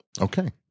Okay